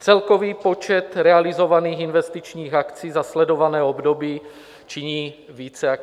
Celkový počet realizovaných investičních akcí za sledované období činí více než 1 700 akcí.